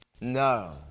No